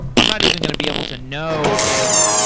i'm not even going be able to know if,